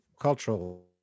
cultural